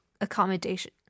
accommodation